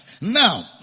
Now